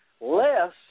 less